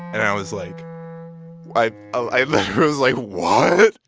and i was like i i literally was like, what?